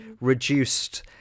reduced